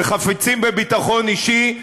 וחפצים בביטחון אישי,